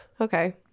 Okay